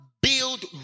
build